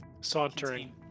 Sauntering